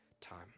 time